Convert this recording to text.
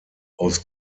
aus